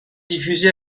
diffusé